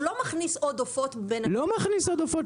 הוא לא מכניס עוד עופות בין --- לא מכניס עוד עופות,